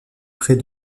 près